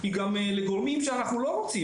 חלק מההסדרה היא גם לגורמים שאנחנו לא רוצים